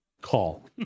Call